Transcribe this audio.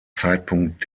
zeitpunkt